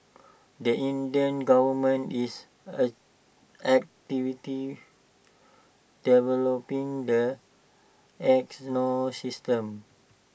the Indian government is activity developing the ecosystem